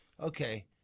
okay